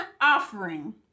offering